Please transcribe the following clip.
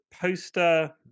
poster